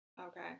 Okay